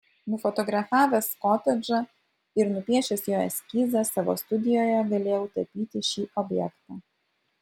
nufotografavęs kotedžą ir nupiešęs jo eskizą savo studijoje galėjau tapyti šį objektą